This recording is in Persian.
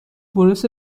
برس